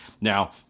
Now